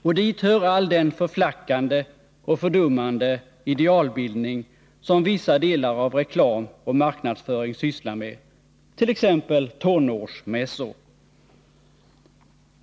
Och dit hör all den förflackande och fördummande idealbildning som vissa delar av reklam och marknadsföring sysslar med, t.ex. tonårsmässor.